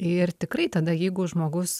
ir tikrai tada jeigu žmogus